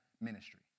ministry